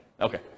okay